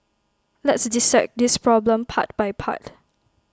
let's dissect this problem part by part